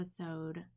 episode